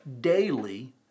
daily